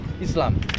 Islam